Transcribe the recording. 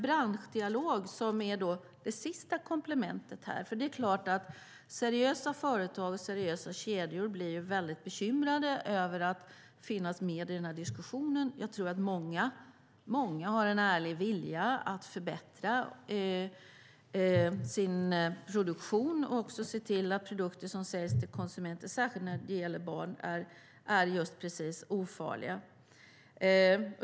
Branschdialogen är det sista komplementet. Det är klart att seriösa företag och seriösa kedjor blir väldigt bekymrade över att finnas med i den här diskussionen. Jag tror att många har en ärlig vilja att förbättra sin produktion och se till att produkter som säljs till konsumenter är ofarliga, särskilt när det gäller barn.